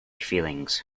feelings